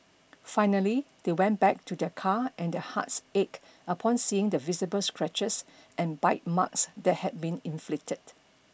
finally they went back to their car and their hearts ached upon seeing the visible scratches and bite marks that had been inflicted